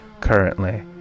currently